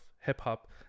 hip-hop